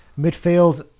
midfield